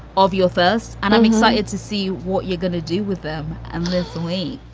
of your first. and i'm excited to see what you're going to do with them endlessly